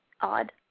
odd